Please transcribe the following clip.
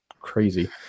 crazy